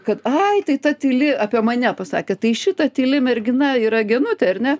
kad ai tai ta tyli apie mane pasakė tai šita tyli mergina yra genutė ar ne